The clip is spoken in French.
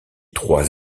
trois